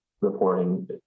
reporting